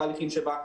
התהליכים שבה,